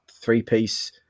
three-piece